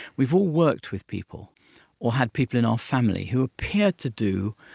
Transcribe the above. we've all worked with people or had people in our family who appeared to do